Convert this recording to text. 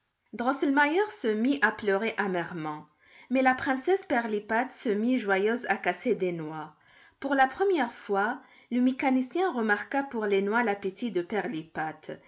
se mit à pleurer amèrement mais la princesse pirlipat se mit joyeuse à casser des noix pour la première fois le mécanicien remarqua pour les noix l'appétit de pirlipat